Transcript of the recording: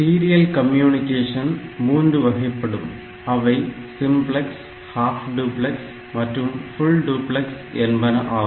serial communication மூன்று வகைப்படும் அவை சிம்பிளக்ஸ் ஹாஃப் டுப்லக்ஸ் மற்றும் ஃபுல் டுப்லக்ஸ் என்பன ஆகும்